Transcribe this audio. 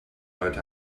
heute